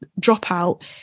dropout